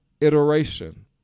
iteration